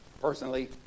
personally